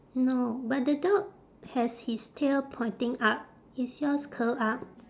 no but the dog has his tail pointing up is yours curl up